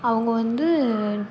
அவங்க வந்து